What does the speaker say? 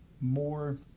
more